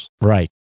right